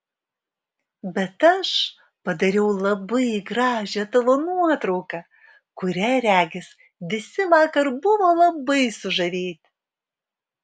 bet aš padariau labai gražią tavo nuotrauką kuria regis visi vakar buvo labai sužavėti